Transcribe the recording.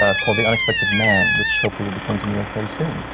ah called the unexpected man, which hopefully will be coming to new york very soon.